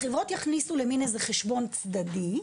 החברות יכניסו למן איזה חשבון צדדי,